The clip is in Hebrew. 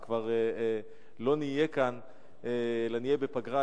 כשכבר לא נהיה כאן אלא נהיה בפגרה,